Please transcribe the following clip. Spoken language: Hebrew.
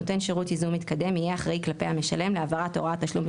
נותן שירות ייזום מתקדם יהיה אחראי כלפי המשלם להעברת הוראת תשלום,